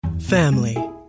Family